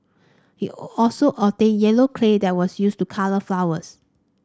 he also obtained yellow clay that was used to colour flowers